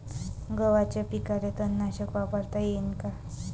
गव्हाच्या पिकाले तननाशक वापरता येईन का?